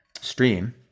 stream